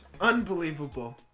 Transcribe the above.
Unbelievable